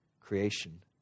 creation